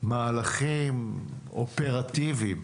מהלכים אופרטיביים.